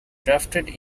drafted